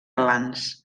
glans